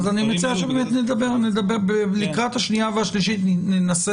אז אני מציע שאנחנו נדבר ולקראת השנייה והשלישית ננסה